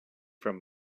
from